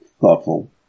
thoughtful